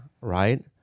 right